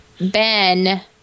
Ben